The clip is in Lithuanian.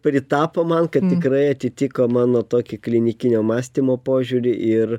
pritapo man kad tikrai atitiko mano tokį klinikinio mąstymo požiūrį ir